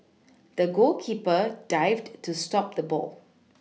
the goalkeeper dived to stop the ball